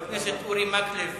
סעיף אחרון